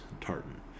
tartan